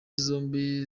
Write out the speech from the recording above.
zombi